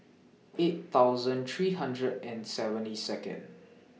eight thousand three hundred and seventy Second